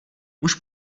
muž